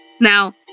Now